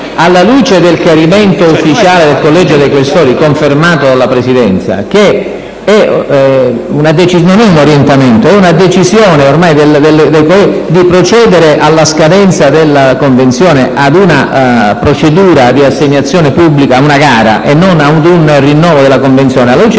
alla luce del chiarimento ufficiale del Collegio dei senatori Questori, confermato dalla Presidenza, che non è un orientamento ma è una decisione di procedere, alla scadenza della convenzione, a una procedura di assegnazione pubblica, ad una gara, e non ad un rinnovo della convenzione, alla luce di queste